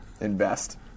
invest